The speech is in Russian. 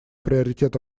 приоритет